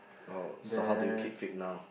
oh so how do you keep fit now